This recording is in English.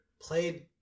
played